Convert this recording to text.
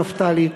נפתלי,